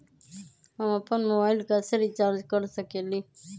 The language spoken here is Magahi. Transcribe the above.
हम अपन मोबाइल कैसे रिचार्ज कर सकेली?